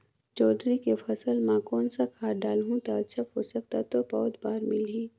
जोंदरी के फसल मां कोन सा खाद डालहु ता अच्छा पोषक तत्व पौध बार मिलही?